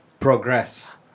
Progress